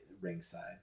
ringside